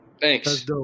Thanks